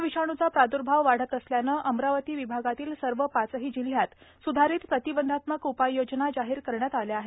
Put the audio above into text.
corona विषाणूचा प्रादुर्भाव वाढत असल्याने अमरावती विभागातील सर्व पाचही जिल्ह्यात स्धारित प्रतिबंधात्मक उपाययोजना जाहीर करण्यात आल्या आहेत